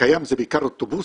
הקיים זה בעיקר אוטובוסים.